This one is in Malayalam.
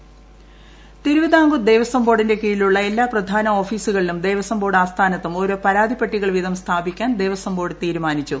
തിരുവിതാംകൂർ ദേവസ്വം ബോർഡ് തിരുവിതാംകൂർ ദേവസ്വം ബോർഡിന്റെ കീഴിലുള്ള എല്ലാ പ്രധാന ഓഫീസുകളിലും ദേവസ്വം ബോർഡ് ആസ്ഥാനത്തും ഓരോ പരാതിപ്പെട്ടികൾ വീതം സ്ഥാപിക്കാൻ ദേവസ്വം ബോർഡ് തീരുമാനിച്ചു